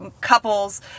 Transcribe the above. couples